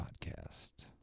podcast